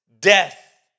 death